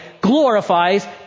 glorifies